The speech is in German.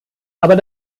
aber